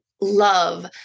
love